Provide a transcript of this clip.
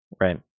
right